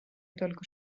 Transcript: только